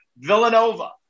Villanova